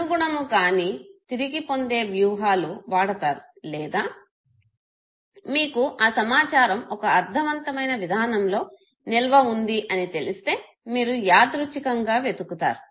అనుగుణముకాని తిరిగి పొందే వ్యూహాలు వాడతారు లేదా మీకు ఆ సమాచారం ఒక అర్ధవంతమైన విధానంలో నిల్వ వుంది అని తెలిస్తే మీరు యాదృచ్ఛికంగా వెతుకుతారు